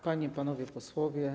Panie i Panowie Posłowie!